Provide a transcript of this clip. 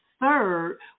Third